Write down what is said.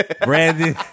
Brandon